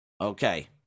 okay